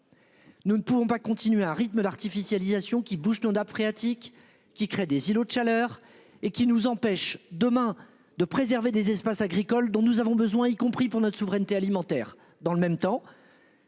Nous ne pouvons pas continuer à un rythme d'artificialisation qui bouge Nonda phréatiques qui créent des îlots de chaleur et qui nous empêchent demain de préserver des espaces agricoles dont nous avons besoin, y compris pour notre souveraineté alimentaire dans le même temps.--